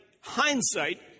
hindsight